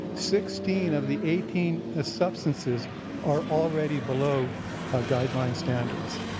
sixteen of the eighteen ah substances are already below guideline standards.